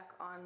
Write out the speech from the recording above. on